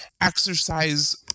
exercise